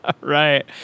Right